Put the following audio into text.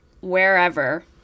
wherever